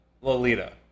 Lolita